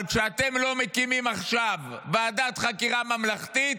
אבל כשאתם לא מקימים עכשיו ועדת חקירה ממלכתית,